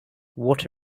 what